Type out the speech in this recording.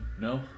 No